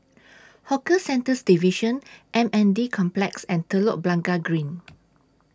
Hawker Centres Division M N D Complex and Telok Blangah Green